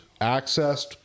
accessed